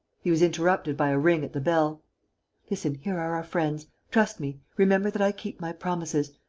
he was interrupted by a ring at the bell listen, here are our friends. trust me. remember that i keep my promises.